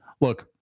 look